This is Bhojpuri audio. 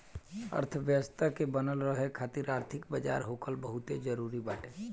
अर्थव्यवस्था के बनल रहे खातिर आर्थिक बाजार होखल बहुते जरुरी बाटे